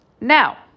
Now